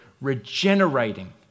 regenerating